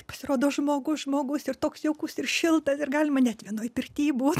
tai pasirodo žmogus žmogus ir toks jaukus ir šiltas ir galima net vienoj pirty būt